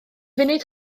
funud